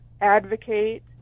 Advocate